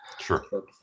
Sure